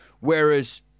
Whereas